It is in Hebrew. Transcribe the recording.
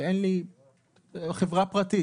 שזו חברה פרטית,